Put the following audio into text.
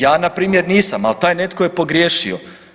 Ja npr. nisam, ali taj netko je pogriješio.